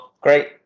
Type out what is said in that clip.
great